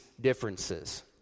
differences